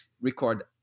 record